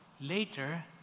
Later